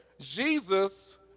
Jesus